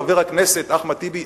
חבר הכנסת אחמד טיבי,